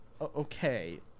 Okay